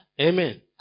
Amen